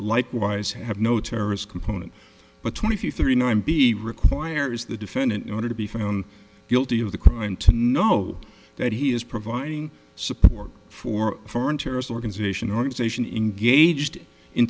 likewise have no terrorist component but twenty five thirty nine b requires the defendant in order to be found guilty of the crime to know that he is providing support for foreign terrorist organization organization in gauged in